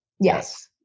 Yes